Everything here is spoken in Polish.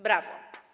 Brawo.